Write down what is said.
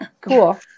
Cool